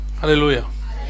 Hallelujah